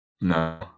No